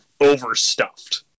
overstuffed